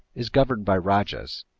is governed by rajahs.